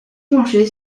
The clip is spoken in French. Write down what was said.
penchée